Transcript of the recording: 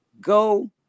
go